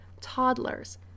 toddlers